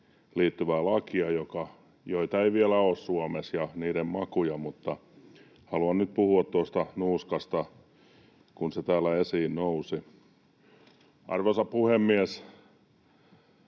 niiden makuja ei vielä ole Suomessa, mutta haluan nyt puhua tuosta nuuskasta, kun se täällä esiin nousi. Arvoisa puhemies!